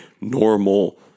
normal